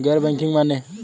गैर बैंकिंग माने?